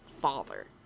father